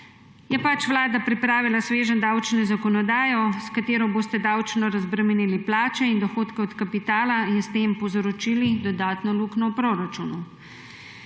je pač Vlada pripravila sveženj davčne zakonodaje, s katero boste davčno razbremenili plače in dohodke od kapitala in s tem povzročili dodatno luknjo v proračunu.